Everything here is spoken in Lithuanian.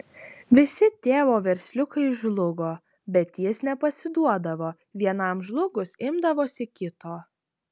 visi tėvo versliukai žlugo bet jis nepasiduodavo vienam žlugus imdavosi kito